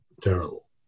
terrible